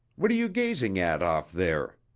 what are you gazing at off there?